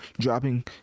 dropping